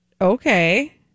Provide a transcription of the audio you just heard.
okay